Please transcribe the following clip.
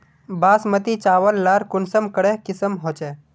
बासमती चावल लार कुंसम करे किसम होचए?